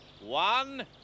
One